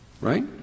Right